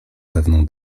pewną